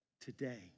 today